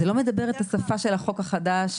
זה לא מדבר את השפה של החוק החדש,